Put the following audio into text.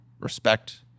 respect